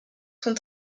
sont